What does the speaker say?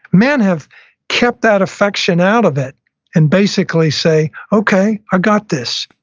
men have kept that affection out of it and basically say, okay, i've got this.